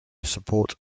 support